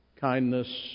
Kindness